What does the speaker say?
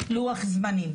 לוח זמנים